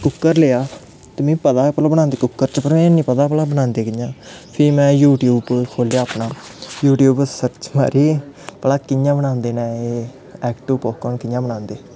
cooker लेआ ते मिगी पता हा कुक्कर च बनांदे एह् निं पता हा भला बनांदे कि'यां न फिर में यूट्यूब खोह्लेआ अपना यूट्यूब पर सर्च मारी भला कि'यां बनांदे न एह् ऐक्टो पॉपकोन कि'यां बनांदे